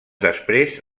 després